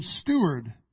steward